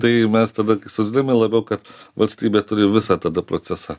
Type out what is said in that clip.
tai mes tada socdemai labiau kad valstybė turi visą tada procesą